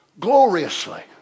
gloriously